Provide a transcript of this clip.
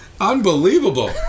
Unbelievable